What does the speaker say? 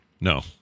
No